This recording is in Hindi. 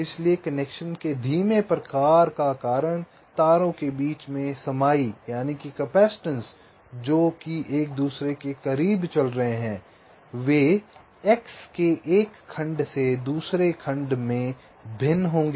इसलिए कनेक्शन के धीमे प्रकार के कारण तारों के बीच समाई जो एक दूसरे के करीब चल रहे हैं वे X के 1 खंड से दूसरे में भिन्न होंगे